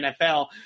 NFL